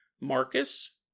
Marcus